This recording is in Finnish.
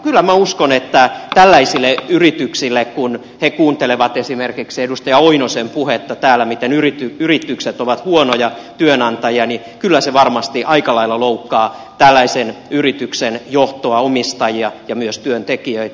kyllä minä uskon että tällaisissa yrityksissä kun he kuuntelevat esimerkiksi edustaja oinosen puhetta täällä miten yritykset ovat huonoja työnantajia kyllä se varmasti aika lailla loukkaa tällaisen yrityksen johtoa omistajia ja myös työntekijöitä